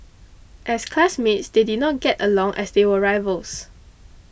as classmates they did not get along as they were rivals